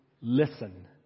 listen